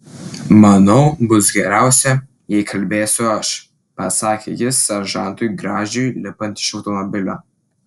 manau bus geriausia jei kalbėsiu aš pasakė jis seržantui gražiui lipant iš automobilio